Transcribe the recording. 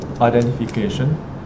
identification